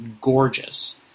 gorgeous